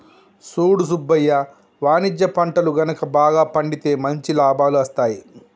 సూడు సుబ్బయ్య వాణిజ్య పంటలు గనుక బాగా పండితే మంచి లాభాలు అస్తాయి